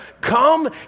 Come